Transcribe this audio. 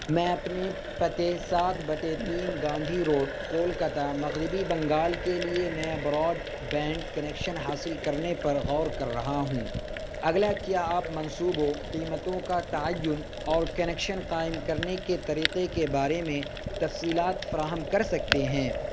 میں اپنے پتے سات بٹے تین گاندھی روڈ کولکتہ مغربی بنگال کے لیے نیا براڈ بینڈ کنکشن حاصل کرنے پر غور کر رہا ہوں اگلا کیا آپ منصوبوں قیمتوں کا تعین اور کنکشن قائم کرنے کے طریقے کے بارے میں تفصیلات فراہم کر سکتے ہیں